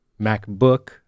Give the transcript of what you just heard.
MacBook